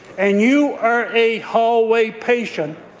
and you are a hallway patient,